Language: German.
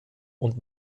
und